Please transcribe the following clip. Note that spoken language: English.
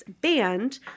band